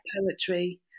poetry